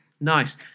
Nice